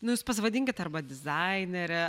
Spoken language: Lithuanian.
nu jūs pasivadinkit arba dizainere